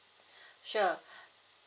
sure